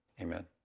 Amen